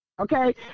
Okay